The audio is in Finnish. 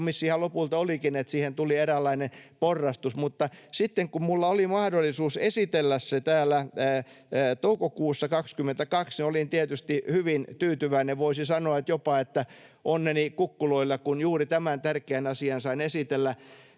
Kompromissihan lopulta olikin, että siihen tuli eräänlainen porrastus. Mutta sitten, kun minulla oli mahdollisuus esitellä se täällä toukokuussa 22, olin tietysti hyvin tyytyväinen. Voisi sanoa, että olin jopa onneni kukkuloilla, kun juuri tämän tärkeän asian sain esitellä.